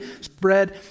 spread